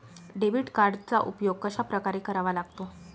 Debit कार्डचा उपयोग कशाप्रकारे करावा लागतो?